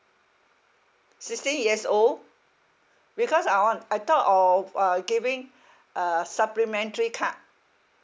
sixteen years old because I want I thought of uh giving uh supplementary card